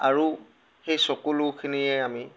আৰু সেই চকুলোখিনিৰে আমি